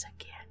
again